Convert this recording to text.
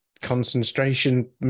concentration